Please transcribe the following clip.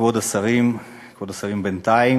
כבוד השרים, כבוד השרים בינתיים,